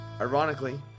Ironically